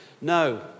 No